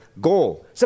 goal